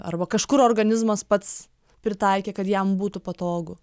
arba kažkur organizmas pats pritaikė kad jam būtų patogu